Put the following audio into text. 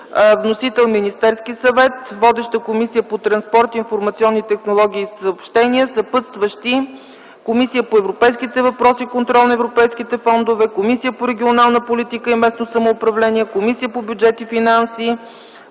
Вносител е Министерският съвет. Водеща е Комисията по транспорт, информационни технологии и съобщения. Съпътстващи са Комисията по европейските въпроси и контрол на европейските фондове, Комисията по регионална политика и местно самоуправление, Комисията по бюджет и финанси,